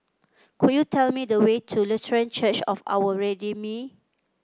could you tell me the way to Lutheran Church of Our Redeemer